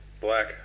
black